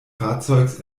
fahrzeugs